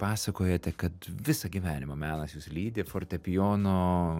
pasakojote kad visą gyvenimą melas jus lydi fortepijono